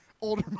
older